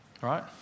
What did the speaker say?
Right